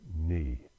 knee